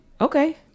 okay